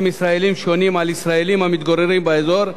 ישראליים שונים על ישראלים המתגוררים באזור,